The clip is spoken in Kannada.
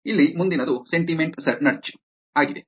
ಇಲ್ಲಿ ಮುಂದಿನದು ಸೆಂಟಿಮೆಂಟ್ ನಡ್ಜ್ ಆಗಿದೆ